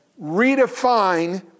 redefine